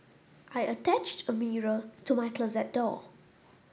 I attached a mirror to my closet door